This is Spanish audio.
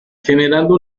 generando